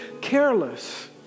careless